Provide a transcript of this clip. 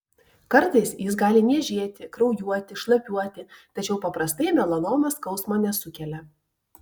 kartais jis gali niežėti kraujuoti šlapiuoti tačiau paprastai melanoma skausmo nesukelia